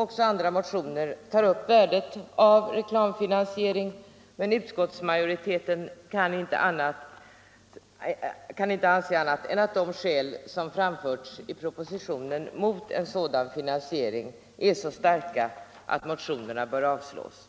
Också andra motioner tar upp värdet av reklamfinansieringen, men utskottsmajoriteten kan inte anse annat än att de skäl som framförts i propositionen mot en sådan finansiering är så starka att motionerna bör avslås.